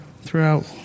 throughout